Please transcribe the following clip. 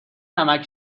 نمکـ